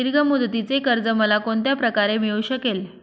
दीर्घ मुदतीचे कर्ज मला कोणत्या प्रकारे मिळू शकेल?